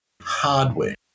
hardware